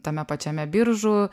tame pačiame biržų